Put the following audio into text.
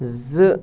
زٕ